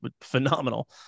phenomenal